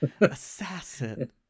Assassin